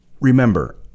Remember